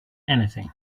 anything